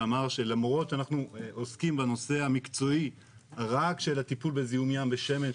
ואמר שלמרות שאנחנו עוסקים בנושא המקצועי רק של הטיפול בזיהום ים ושמן,